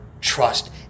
trust